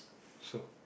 so